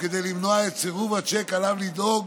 וכדי למנוע את סירוב הצ'ק עליו לדאוג